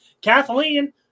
Kathleen